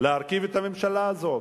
להרכיב את הממשלה הזאת,